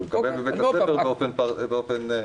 שהוא מקבל בבית הספר באופן קבוע.